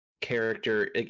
Character